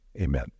amen